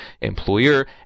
employer